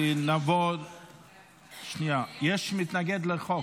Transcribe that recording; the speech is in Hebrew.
נעבור, שנייה, יש מתנגד לחוק.